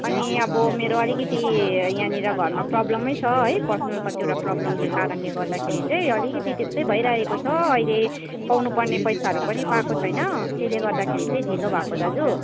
अनि अब मेरो अलिकति यहाँनिर घरमा प्रब्लमै छ है पर्सनल कतिवटा प्रब्लमले कारणले गर्दाखेरि चाहिँ अलिकति त्यस्तै भइरहेको छ अहिले पाउनुपर्ने पैसाहरू पनि पाएको छैन त्यसले गर्दाखेरि ढिलो भएको दाजु